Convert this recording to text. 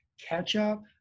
ketchup